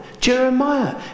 Jeremiah